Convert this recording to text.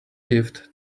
gift